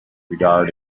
regard